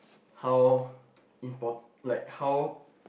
how impor~ like how